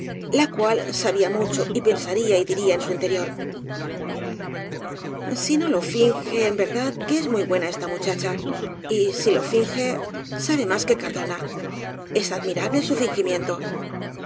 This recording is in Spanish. la cual sabía mucho y pensaría y diría en su interior si no lo finge en verdad que es muy buena esta muchacha y si lo finge sabe más que car dona es admirable su fingimiento